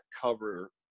cover